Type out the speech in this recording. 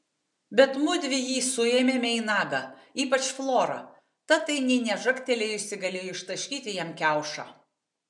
bet mudvi jį suėmėme į nagą ypač flora ta tai nė nežagtelėjusi galėjo ištaškyti jam kiaušą